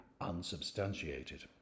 unsubstantiated